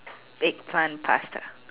baked plant pasta